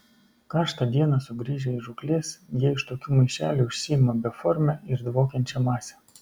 karštą dieną sugrįžę iš žūklės jie iš tokių maišelių išsiima beformę ir dvokiančią masę